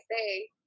say